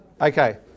Okay